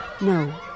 No